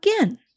again